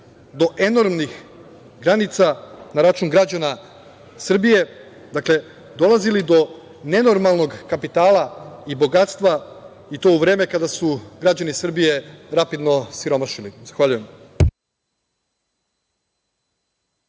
do enormnih granica na račun građana Srbije, dolazili do nenormalnog kapitala i bogatstva i to u vreme kada su građani Srbije rapidno siromašili. Zahvaljujem.